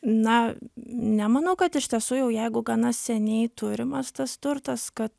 na nemanau kad iš tiesų jau jeigu gana seniai turimas tas turtas kad